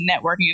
networking